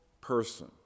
person